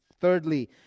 Thirdly